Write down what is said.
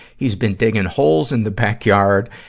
he's been digging holes in the backyard.